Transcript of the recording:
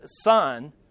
son